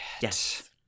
Yes